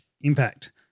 impact